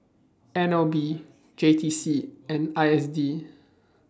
N L B J T C and I S D